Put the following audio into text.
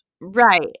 Right